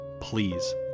Please